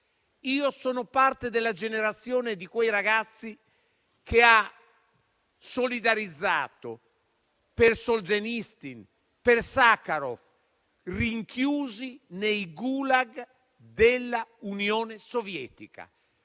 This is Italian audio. Io sono parte della generazione di quei ragazzi che ha solidarizzato con Solgenitsin e con Sakharov, rinchiusi nei *gulag* della Unione Sovietica.